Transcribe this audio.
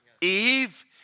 Eve